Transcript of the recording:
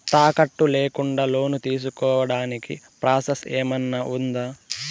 తాకట్టు లేకుండా లోను తీసుకోడానికి ప్రాసెస్ ఏమన్నా ఉందా?